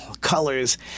colors